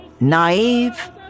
Naive